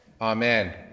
Amen